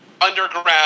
underground